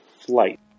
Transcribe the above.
flight